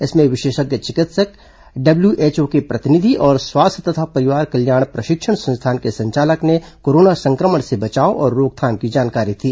इसमें विशेषज्ञ चिकित्सक डब्ल्यूएचओ के प्रतिनिधि और स्वास्थ्य तथा परिवार कल्याण प्रशिक्षण संस्थान के संचालक ने कोरोना संक्रमण से बचाव और रोकथाम की जानकारी दी